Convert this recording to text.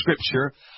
scripture